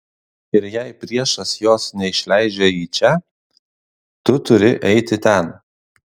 ir jei priešas jos neišleidžia į čia tu turi eiti ten